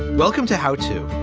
welcome to how to.